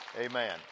Amen